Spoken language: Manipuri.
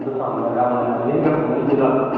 ꯑꯗꯨ ꯆꯥꯡꯗ ꯑꯌꯥꯝꯕ ꯂꯥꯛꯑꯦ ꯑꯗꯨꯗꯩ ꯍꯦꯟꯒꯠꯄꯒꯨꯝꯕꯗꯤ ꯂꯥꯛꯇꯦ